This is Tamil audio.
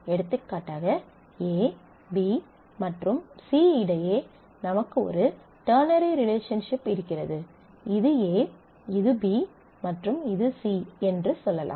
எடுத்துக்காட்டாக A B மற்றும் C இடையே நமக்கு ஒரு டெர்னரி ரிலேஷன்ஷிப் இருக்கிறது இது A இது B மற்றும் இது C என்று சொல்லலாம்